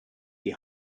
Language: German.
die